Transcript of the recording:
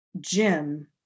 Jim